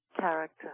character